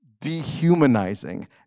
Dehumanizing